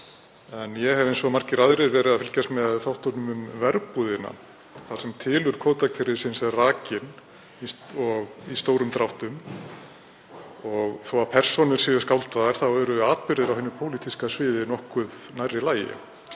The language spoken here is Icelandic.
Ég hef, eins og margir aðrir, verið að fylgjast með þáttunum Verbúðinni þar sem tilurð kvótakerfisins er rakin í stórum dráttum. Þó að persónur séu skáldaðar eru atburðir á hinu pólitíska sviði nokkuð nærri lagi.